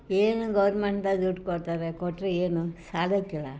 ಏನು ಗೌರ್ಮೆಂಟ್ದಾಗ ದುಡ್ಡು ಕೊಡ್ತಾರೆ ಕೊಟ್ಟರೆ ಏನು ಸಾಲೋಕಿಲ್ಲ